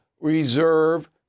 reserve